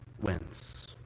wins